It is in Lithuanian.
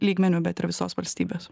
lygmeniu bet ir visos valstybės